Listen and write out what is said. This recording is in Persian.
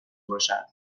باشد